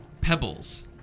pebbles